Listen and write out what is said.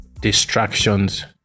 distractions